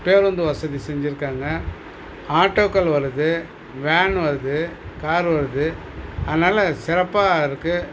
பேருந்து வசதி செஞ்சுருக்காங்க ஆட்டோக்கள் வருது வேன் வருது கார் வருது அதனால சிறப்பாக இருக்கு